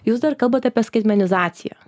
jūs dar kalbat apie skaitmenizaciją